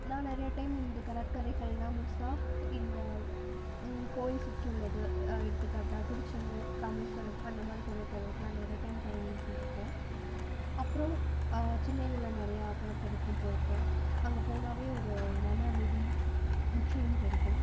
நான் நிறையா டைம் இந்த கடற்கரைகளெலாம் மோஸ்ட்டாக இந்த கோயில் சுற்றி உள்ளது எடுத்துக்காட்டாக திருச்செந்தூர் ராமேஷ்வரம் அந்த மாதிரி கடற்கரைக்கெலாம் நிறைய டைம் பயணம் செஞ்சுருக்கேன் அப்புறம் சென்னையில் உள்ள நிறையா கடற்கரைக்கும் போயிருக்கேன் அங்கே போனாலே ஒரு மன அமைதி முற்றிலும் கிடைக்கும்